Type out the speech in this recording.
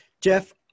Jeff